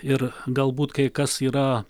ir galbūt kai kas yra